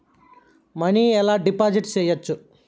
Money ఎలా deposit చేయచ్చు?